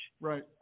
Right